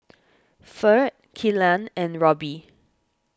Ferd Killian and Roby